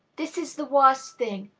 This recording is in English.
this is the worst thing,